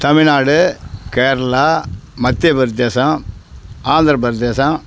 Tamil Nadu Kerala Madhya Pradesh Andhra Pradesh